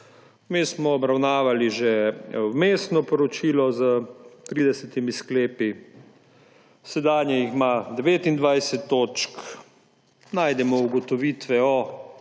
smo obravnavali že vmesno poročilo s 30 sklepi, sedanje ima 29 točk. Najdemo ugotovitve o